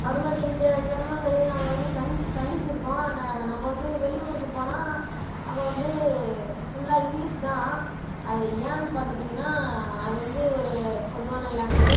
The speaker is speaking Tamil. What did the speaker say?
அப்புறமேட்டு இந்த சிரமங்களையும் நாங்கள் வந்து சந்துச்சுருக்கோம் நம்ம வந்து வெளி ஊருக்கு போனால் அங்கே வந்து ஃபுல்லாக இங்கிலீஷ் தான் அது ஏன்னென்னு பார்த்துக்கிட்டிங்கன்னா அது வந்து ஒரு பொதுவான லாங்குவேஜ்